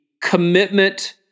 commitment